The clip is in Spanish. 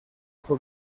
fue